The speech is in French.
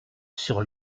sur